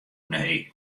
nee